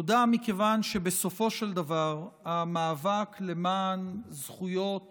תודה מכיוון שבסופו של דבר המאבק למען זכויות